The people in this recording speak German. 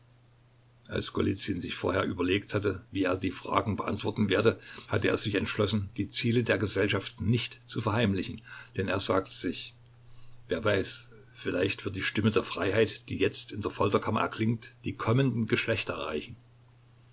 als golizyn sich vorher überlegt hatte wie er die fragen beantworten werde hatte er sich entschlossen die ziele der gesellschaft nicht zu verheimlichen denn er sagte sich wer weiß vielleicht wird die stimme der freiheit die jetzt in der folterkammer erklingt die kommenden geschlechter erreichen